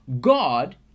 God